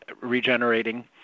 regenerating